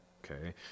Okay